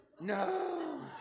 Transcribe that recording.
no